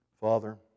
Father